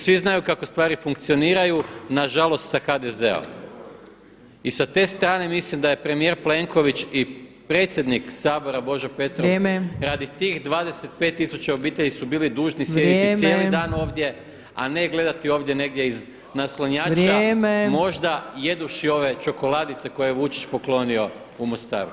Svi znaju kako stvari funkcioniraju na žalost sa HDZ-om i sa te strane mislim da je premijer Plenković i predsjednik Sabora Božo Petrov [[Upadica Opačić: Vrijeme.]] radi tih 25000 obitelji su bili dužni sjediti cijeli dan ovdje [[Upadica Opačić: Vrijeme.]] a ne gledati ovdje negdje iz naslonjača [[Upadica Opačić: Vrijeme.]] možda jeduvši ovdje čokoladice koje je Vučić poklonio u Mostaru.